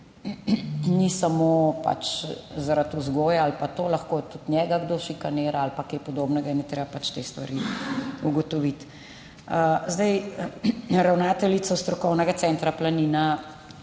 ni samo zaradi vzgoje ali pa tega, lahko tudi njega kdo šikanira ali pa kaj podobnega in je treba pač te stvari ugotoviti. Ravnateljico Strokovnega centra Planina,